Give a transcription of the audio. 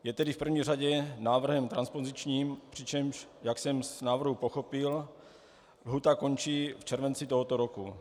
Je tedy v první řadě návrhem transpozičním, přičemž, jak jsem z návrhu pochopil, lhůta končí v červenci tohoto roku.